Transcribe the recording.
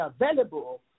available